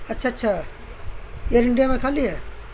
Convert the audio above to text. اچھا اچھا یہئر انڈیا میں خالی ہے